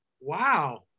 Wow